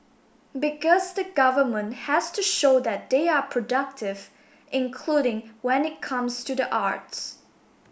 because the government has to show that they are productive including when it comes to the arts